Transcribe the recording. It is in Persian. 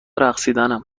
رقصیدنم